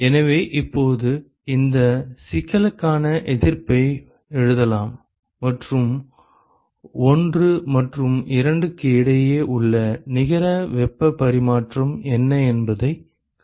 எனவே இப்போது இந்தச் சிக்கலுக்கான எதிர்ப்பை எழுதலாம் மற்றும் 1 மற்றும் 2 க்கு இடையே உள்ள நிகர வெப்பப் பரிமாற்றம் என்ன என்பதைக் கண்டறிய முடியும்